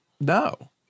No